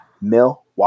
Milwaukee